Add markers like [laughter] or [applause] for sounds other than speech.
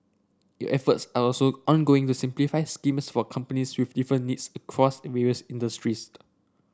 efforts are also ongoing to simplify schemes for companies [unintelligible] needs across various industries [unintelligible]